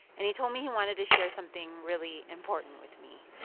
and he told me he wanted to share something really important with me,